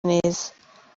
neza